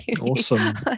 awesome